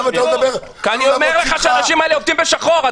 כי האנשים האלה עובדים בשחור.